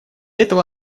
этого